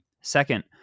Second